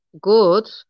good